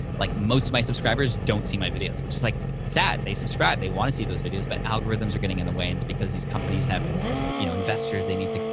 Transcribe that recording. like, most of my subscribers don't see my videos, which is like sad. they subscribed, they wanna see those videos, but algorithms are getting in the way, and it's because these companies have you know investors. they need to,